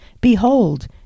Behold